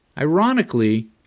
Ironically